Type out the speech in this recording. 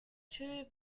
true